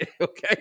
okay